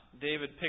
David